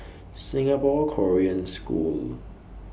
Singapore Korean School